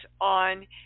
on